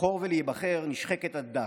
לבחור ולהיבחר נשחקת עד דק.